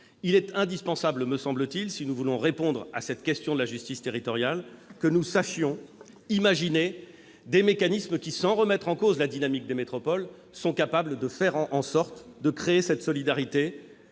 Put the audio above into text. Il est indispensable, me semble-t-il, si nous voulons répondre à la question de la justice territoriale, que nous sachions imaginer des mécanismes, qui, sans remettre en cause la dynamique des métropoles, soient capables de créer et de développer une telle solidarité.